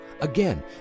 Again